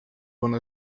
one